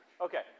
Okay